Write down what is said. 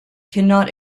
cannot